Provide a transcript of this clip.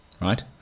Right